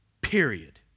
period